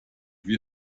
wir